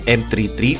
m33